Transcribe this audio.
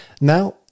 Now